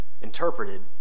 interpreted